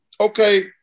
okay